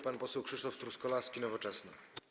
Pan poseł Krzysztof Truskolaski, Nowoczesna.